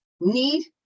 need